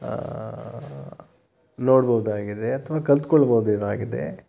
ನೋಡಬಹುದಾಗಿದೆ ಅಥವಾ ಕಲ್ತ್ಕೊಳ್ಬಹುದಾಗಿದೆ